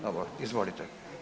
Dobro, izvolite.